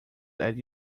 that